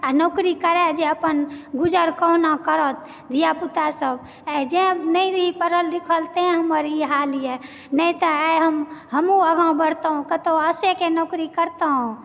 आ नौकरी करै जे अपन गुजर कोहुना करत धियापुतासभ आइ जैं नहि रहि पढ़ल लिखल तैं हमर ई हालए नहि तऽ आइ हम हमहूँ आगाँ बढितहुँ कतहुँ आशाएके नौकरी करतहुँ